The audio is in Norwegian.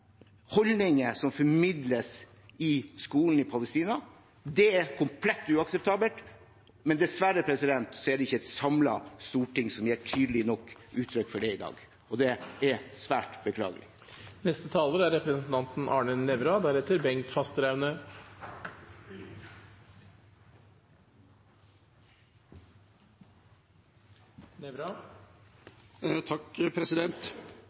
holdninger som formidles i skolen i Palestina. Det er komplett uakseptabelt, men det er dessverre ikke et samlet storting som gir tydelig nok uttrykk for det i dag. Det er svært beklagelig.